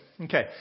Okay